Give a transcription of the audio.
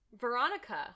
Veronica